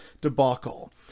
debacle